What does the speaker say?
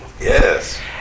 Yes